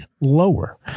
lower